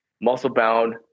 muscle-bound